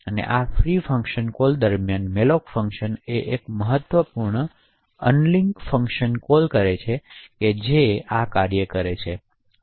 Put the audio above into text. તેથી આ free function call દરમિયાન મેલોક ફંક્શન એક મહત્વપૂર્ણ અનલિંક ફંક્શન કોલ કરે છે જે તેની ભૂમિકા ભજવે છે